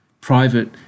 private